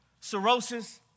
cirrhosis